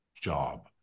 job